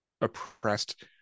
oppressed